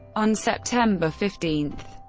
on september fifteen,